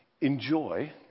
enjoy